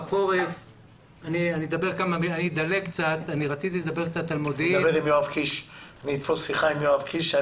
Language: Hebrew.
אני אתפוס שיחה עם יואב קיש.